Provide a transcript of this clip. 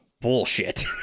bullshit